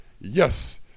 yes